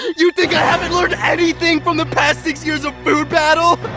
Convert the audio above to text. you think i haven't learned anything from the past six years of food battle?